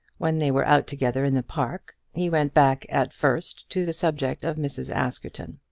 when they were out together in the park, he went back at first to the subject of mrs. askerton.